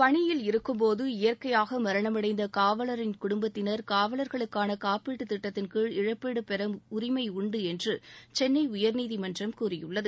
பணியில் இருக்கும்போது இயற்கையாக மரணமடந்த காவலரின் குடும்பத்தினரும் காவலர்களுக்கான காப்பீட்டு திட்டத்தின்கீழ் இழப்பீடு பெற உரிமை உண்டு என்று சென்னை உயர்நீதிமன்றம் கூறியுள்ளது